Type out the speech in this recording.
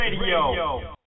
radio